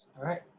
alright,